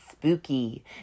Spooky